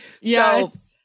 Yes